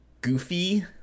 goofy